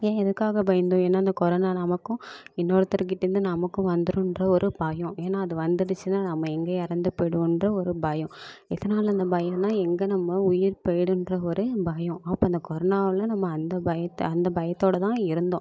ஏன் எதுக்காக பயந்தோம் ஏன்னா அந்த கொரனா நமக்கும் இன்னொருருத்தரு கிட்டே இருந்து நமக்கும் வந்துரும்ன்ற ஒரு பயம் ஏன்னா அது வந்துடுச்சுனா நம்ம எங்கே இறந்து போயிடுவோம்ன்ற ஒரு பயம் எதனால இந்த பயனா எங்கே நம்ம உயிர் போய்டும்ன்ற ஒரு பயம் அப்போ இந்த கொரனாவில் நம்ம அந்த பயத்தை அந்த பயத்தோடு தான் இருந்தோம்